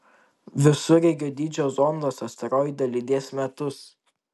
visureigio dydžio zondas asteroidą lydės metus